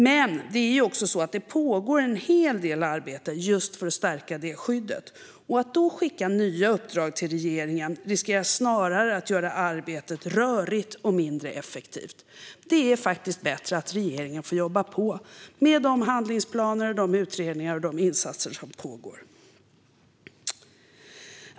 Men det pågår också en hel del arbete just för att stärka det skyddet. Att då skicka nya uppdrag till regeringen riskerar snarare att göra arbetet rörigt och mindre effektivt. Det är faktiskt bättre att regeringen får jobba på med de handlingsplaner, utredningar och insatser som pågår.